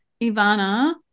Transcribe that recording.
Ivana